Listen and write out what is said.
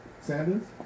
Sanders